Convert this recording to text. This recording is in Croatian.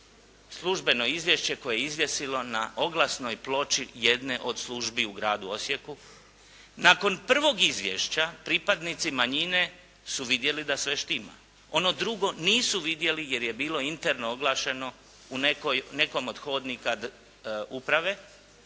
službeno izvješće koje je izvjesilo na oglasnoj ploči jedne od službi u gradu Osijeku. Nakon prvog izvješća pripadnici manjine su vidjeli da sve štima. Ono drugo nisu vidjeli jer je bilo interno oglašeno u nekom od hodnika uprave,